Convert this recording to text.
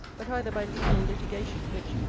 but either by legal litigation, which,